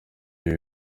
ibi